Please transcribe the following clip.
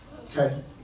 Okay